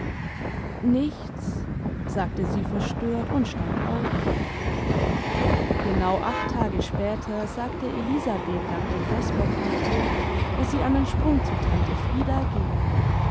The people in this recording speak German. nichts sagte sie verstört und stand auf genau acht tage später sagte elisabeth nach dem vesperkaffee daß sie einen sprxmg zu tante frieda gehe